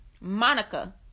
Monica